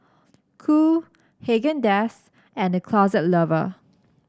Qoo Haagen Dazs and The Closet Lover